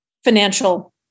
financial